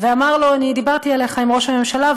ואמר לו: אני דיברתי עליך עם ראש הממשלה,